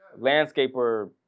landscaper